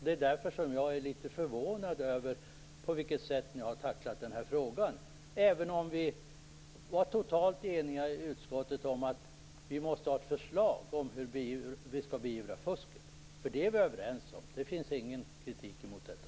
Det är därför som jag är litet förvånad över det sätt som ni har tacklat den här frågan på, även om vi var totalt eniga i utskottet om att vi måste ha ett förslag om hur vi skall beivra fusket. Det är vi överens om. Det finns ingen kritik emot detta.